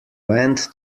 went